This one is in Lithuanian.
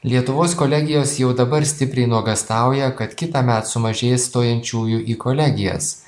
lietuvos kolegijos jau dabar stipriai nuogąstauja kad kitąmet sumažės stojančiųjų į kolegijas